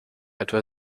etwa